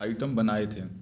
item बनाए थे